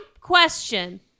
Question